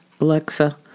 Alexa